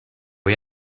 voy